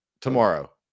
Tomorrow